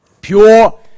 pure